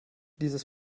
dieses